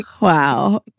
wow